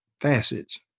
facets